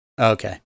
Okay